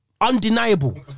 Undeniable